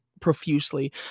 profusely